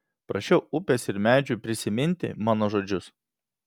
prašiau upės ir medžių prisiminti mano žodžius